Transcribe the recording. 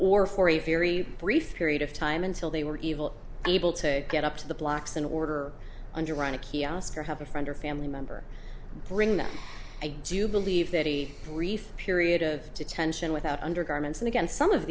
or for a very brief period of time until they were evil able to get up to the blocks in order underwrite a kiosk or have a friend or family member bring them i do believe that he briefed period of detention without undergarments and again some of